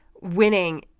winning